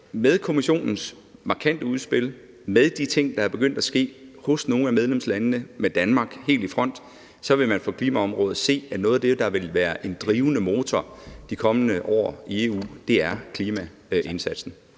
med Kommissionens markante udspil og med de ting, der er begyndt at ske hos nogle af medlemslandene med Danmark helt i front, vil man på klimaområdet se, at noget af det, der vil være en drivende motor i de kommende år i EU, er klimaindsatsen.